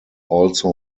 also